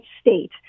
state